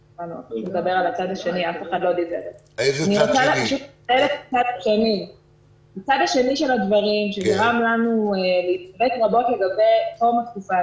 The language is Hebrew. הצד השני של הדברים שגרם לנו להתלבט רבות לגבי תום התקופה.